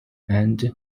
and